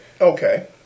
Okay